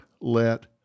let